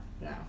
No